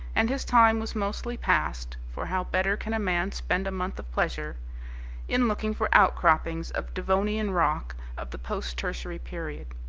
and his time was mostly passed for how better can a man spend a month of pleasure in looking for outcroppings of devonian rock of the post-tertiary period.